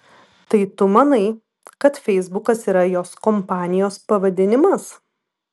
tai tu manai kad feisbukas yra jos kompanijos pavadinimas